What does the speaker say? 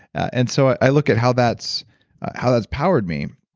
and so i look at how that's how that's powered me.